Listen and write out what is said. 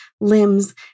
limbs